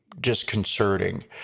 disconcerting